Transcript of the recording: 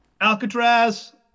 Alcatraz